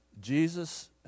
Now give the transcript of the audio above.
Jesus